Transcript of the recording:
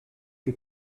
que